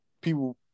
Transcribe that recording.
people